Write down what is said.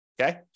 Okay